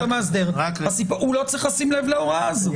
המאסדר הוא לא צריך לשים לב להוראה הזאת.